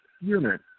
unit